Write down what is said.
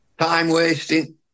Time-wasting